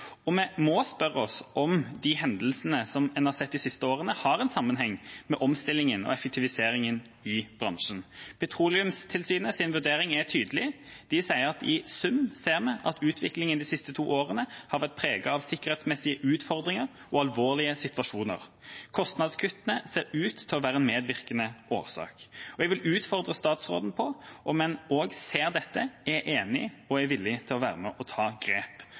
Vi må spørre oss om de hendelsene som en har sett de siste årene, har en sammenheng med omstillingen og effektiviseringen i bransjen. Petroleumstilsynets vurdering er tydelig. De sier: «I sum ser vi at utviklingen de to siste årene har vært preget av sikkerhetsmessige utfordringer og alvorlige situasjoner. Kostnadskuttene ser ut til å være en medvirkende årsak.» Jeg vil utfordre statsråden på om en også ser dette, er enig og er villig til å være med på å ta grep, for vi kan ikke vente på en ny storulykke før vi tar grep.